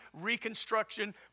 reconstruction